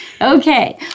Okay